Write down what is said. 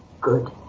good